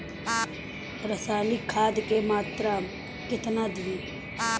रसायनिक खाद के मात्रा केतना दी?